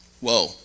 Whoa